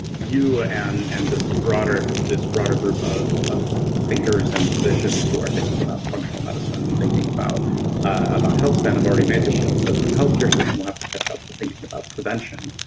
you and and this broader this broader group of of thinkers and physicians who are thinking about functional medicine and thinking about about health span have already made the shift, but the healthcare system will have to catch up to thinking about prevention,